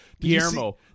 Guillermo